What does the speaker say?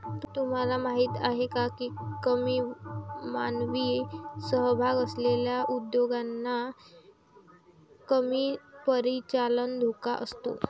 तुम्हाला माहीत आहे का की कमी मानवी सहभाग असलेल्या उद्योगांना कमी परिचालन धोका असतो?